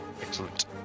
Excellent